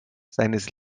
seines